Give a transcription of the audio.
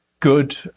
good